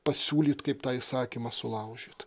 pasiūlyt kaip tą įsakymą sulaužyt